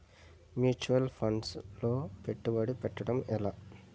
Mutual funds లో పెట్టుబడి పెట్టడం ఎలా?